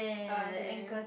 ah okay